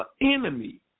enemy